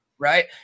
right